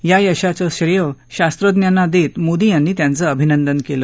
या यशाचं श्रेय शास्त्रज्ञांना देत मोदी यांनी त्यांचं अभिनंदन केलं